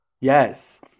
Yes